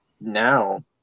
now